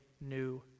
new